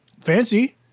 Fancy